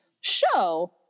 show